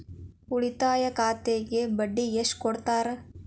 ಉಳಿತಾಯ ಖಾತೆಗೆ ಬಡ್ಡಿ ಎಷ್ಟು ಕೊಡ್ತಾರ?